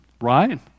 Right